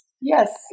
Yes